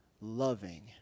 Loving